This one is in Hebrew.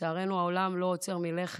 לצערנו העולם לא עוצר מלכת,